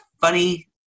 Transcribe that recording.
funny